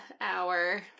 hour